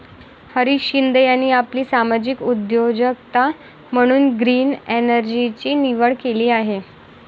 हरीश शिंदे यांनी आपली सामाजिक उद्योजकता म्हणून ग्रीन एनर्जीची निवड केली आहे